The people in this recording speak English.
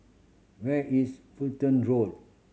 where is Fulton Road